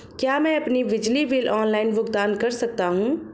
क्या मैं अपना बिजली बिल ऑनलाइन भुगतान कर सकता हूँ?